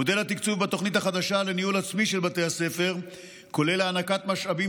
מודל התקצוב בתוכנית החדשה לניהול עצמי של בתי הספר כולל הענקת משאבים